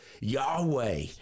Yahweh